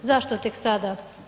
Zašto tek sada?